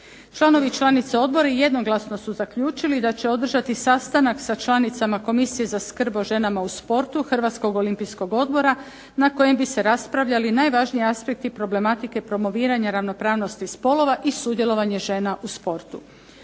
Članovi i članice odbora jednoglasno su zaključili da će održati sastanak sa članicama Komisije za skrb o ženama u sportu Hrvatskog olimpijskog odbora na kojem bi se raspravljali najvažniji aspekti problematike promoviranja ravnopravnosti spolova i sudjelovanje žena u sportu.